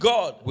God